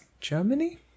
Germany